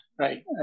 Right